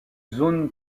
zone